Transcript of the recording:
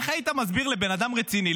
איך היית מסביר לבן אדם רציני,